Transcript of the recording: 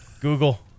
Google